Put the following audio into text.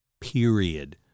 period